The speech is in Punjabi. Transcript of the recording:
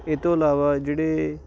ਇਹ ਤੋਂ ਇਲਾਵਾ ਜਿਹੜੇ